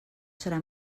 serà